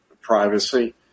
privacy